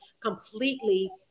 completely